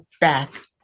back